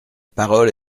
parole